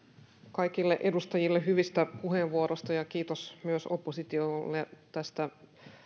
kaikille edustajille hyvistä puheenvuoroista ja kiitos myös oppositiolle tästä